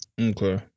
Okay